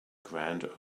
grand